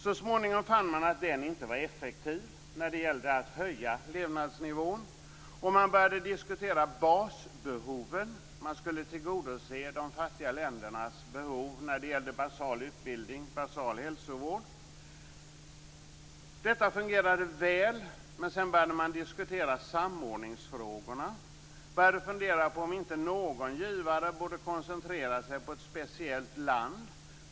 Så småningom fann man att den inte var effektiv när det gällde att höja levnadsnivån, och man började diskutera basbehoven. Man skulle tillgodose de fattiga ländernas behov när det gällde basal utbildning och basal hälsovård. Detta fungerade väl, men sedan började man diskutera samordningsfrågorna och började fundera på om inte någon givare borde koncentrera sig på ett speciellt land.